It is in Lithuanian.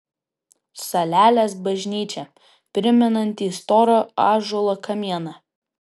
salelės bažnyčia primenanti storą ąžuolo kamieną